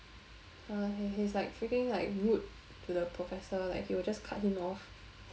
uh he he's like freaking like rude to the professor like he'll just cut him off